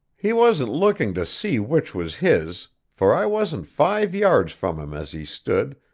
he wasn't looking to see which was his, for i wasn't five yards from him as he stood,